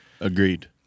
Agreed